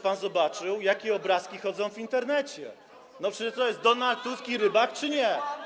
pan zobaczył, jakie obrazki chodzą w Internecie, czy to jest Donald Tusk i Rybak, czy nie.